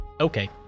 Okay